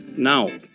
Now